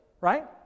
right